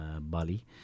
Bali